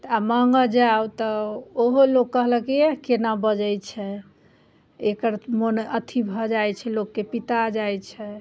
तऽ आब माँगऽ जाउ तऽ ओहो लोक कहलक कि अएह कोना बजै छै एकर मोन अथी भऽ जाइ छै लोकके पिता जाइ छै